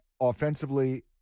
offensively